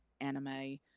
anime